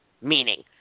meaning